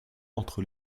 entre